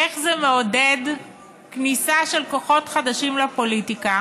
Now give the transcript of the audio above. איך זה מעודד כניסה של כוחות חדשים לפוליטיקה?